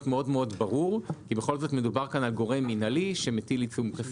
מאוד-מאוד ברור כי בכל זאת מדובר על גורם מינהלי שמטיל עיצום כספי,